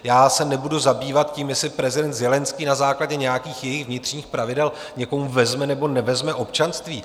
Já se nebudu zabývat tím, jestli prezident Zelenskyj na základě nějakých jejich vnitřních pravidel někomu vezme nebo nevezme občanství.